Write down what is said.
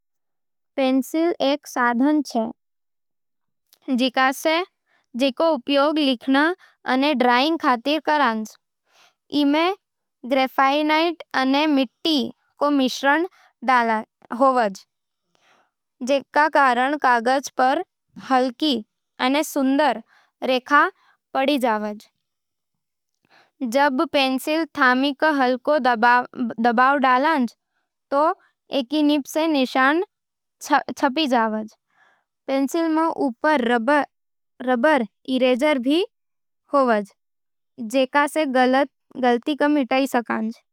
पेंसिल एक साधन छे, जिकरो उपयोग लिखाई अने ड्राइंग खातर करंज। ई में ग्रेफाइट अने मिट्टी रा मिश्रण होवे, जिणके कारण कागज पर हल्की अने सुंदर रेखा पड़ जावे है। जब थूं पेंसिल थामके हलको दबाव डालो, तो ई निब सै निशान छाप जवाज़। पेंसिल में ऊपर रबर इरेजर भी होवे है, जिकरो सै गलती मिटाई जा सके है।